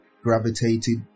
gravitated